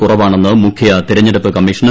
കുറവാണെന്ന് മുഖ്യ തിരഞ്ഞെടുപ്പ് കമ്മീഷണർ ഒ